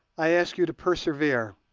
i ask you to persevere,